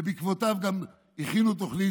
ובעקבותיו גם הכינו תוכנית,